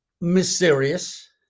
mysterious